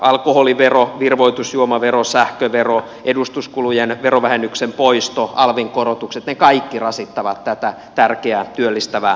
alkoholivero virvoitusjuomavero sähkövero edustuskulujen verovähennyksen poisto alvin korotukset ne kaikki rasittavat tätä tärkeää työllistävää alaa